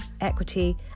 equity